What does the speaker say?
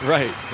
Right